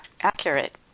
accurate